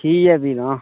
ठीक ऐ फ्ही तां